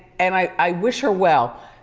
and i i wish her well.